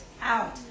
out